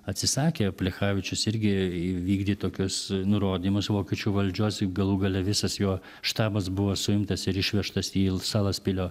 atsisakė plechavičius irgi vykdyt tokius nurodymus vokiečių valdžios galų gale visas jo štabas buvo suimtas ir išvežtas į salaspilio